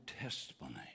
testimony